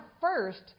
first